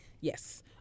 Yes